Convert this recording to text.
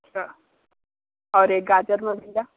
अच्छा और ये गाजर में भैया